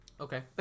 Okay